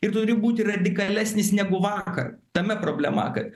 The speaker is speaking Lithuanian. ir tu turi būti radikalesnis negu vakar tame problema ka